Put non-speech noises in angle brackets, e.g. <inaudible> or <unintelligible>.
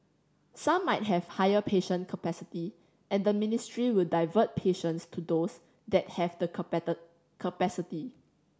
some might have higher patient capacity and the ministry will divert patients to those that have the <unintelligible> capacity